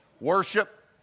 worship